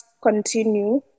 continue